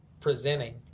Presenting